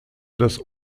das